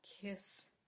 kiss